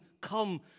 come